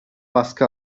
baskı